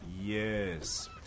Yes